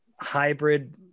hybrid